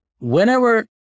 Whenever